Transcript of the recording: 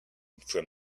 from